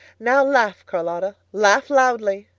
now laugh, charlotta. laugh loudly.